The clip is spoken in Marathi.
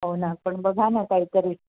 हो ना पण बघा ना काहीतरी